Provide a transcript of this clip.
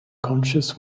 conscious